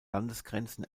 landesgrenzen